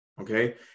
Okay